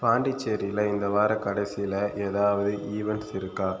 பாண்டிச்சேரியில் இந்த வார கடைசியில் ஏதாவது ஈவண்ட்ஸ் இருக்கா